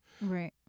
Right